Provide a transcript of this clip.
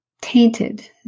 tainted